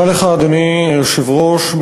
אדוני היושב-ראש,